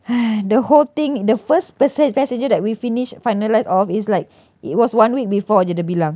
the whole thing the first person passenger that we finished finalised of it's like it was one week before jer dia bilang